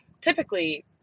typically